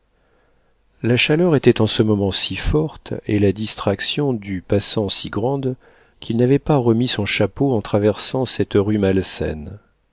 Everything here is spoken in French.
la chaleur était en ce moment si forte et la distraction du passant si grande qu'il n'avait pas remis son chapeau en traversant cette rue malsaine